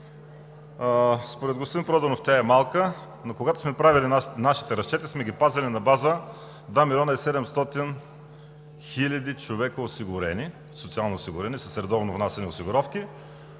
Според господин Проданов тя е малка. Но когато сме правили нашите разчети, сме ги правили на база 2 700 000 човека социално осигурени, с редовно внасяни осигуровки